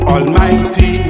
Almighty